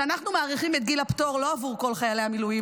שאנחנו מאריכים את גיל הפטור לא עבור כל חיילי המילואים?